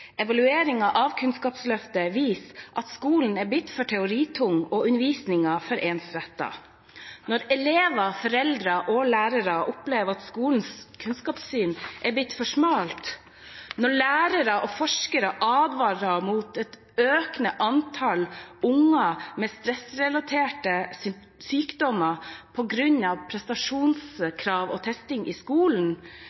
evalueringen av Kunnskapsløftet viser at skolen er blitt for teoritung og undervisningen for ensrettet. Når elever, foreldre og lærere opplever at skolens kunnskapssyn er blitt for smalt, når lærere og forskere advarer mot et økende antall unger med stressrelaterte sykdommer